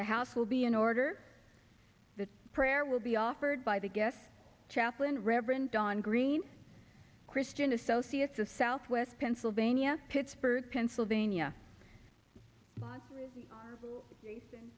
the house will be in order the prayer will be offered by the guest chaplain reverend don greene christian associates a southwest pennsylvania pittsburgh pennsylvania